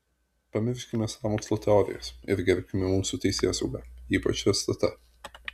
pamirškime sąmokslo teorijas ir gerbkime mūsų teisėsaugą ypač stt